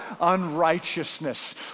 unrighteousness